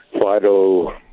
Fido